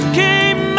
came